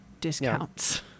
discounts